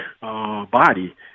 body